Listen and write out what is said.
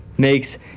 Makes